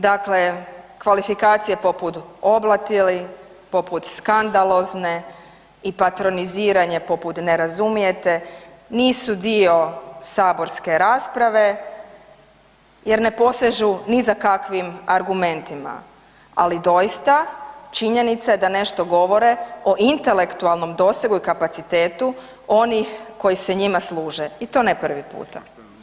Dakle, kvalifikacije poput „oblatili“, poput „skandalozne“ i patroniziranje poput „ne razumijete“ nisu dio saborske rasprave jer ne posežu ni za kakvim argumentima, ali doista činjenica je da nešto govore o intelektualnom dosegu i kapacitetu onih koji se njima služe i to ne prvi puta.